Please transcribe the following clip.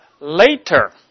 later